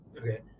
okay